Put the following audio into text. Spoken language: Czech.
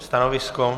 Stanovisko?